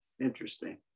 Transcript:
interesting